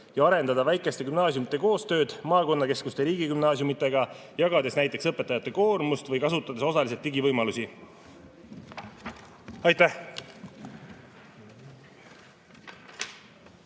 ja arendada väikeste gümnaasiumide koostööd maakonnakeskuste riigigümnaasiumidega, jagades näiteks õpetajate koormust või kasutades osaliselt digivõimalusi. Aitäh!